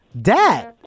dad